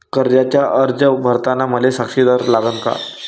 कर्जाचा अर्ज करताना मले साक्षीदार लागन का?